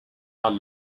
are